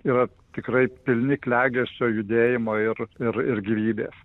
yra tikrai pilni klegesio judėjimo ir ir ir gyvybės